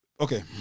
okay